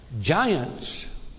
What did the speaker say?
Giants